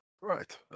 Right